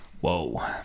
whoa